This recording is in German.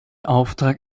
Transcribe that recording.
auftrag